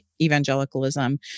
evangelicalism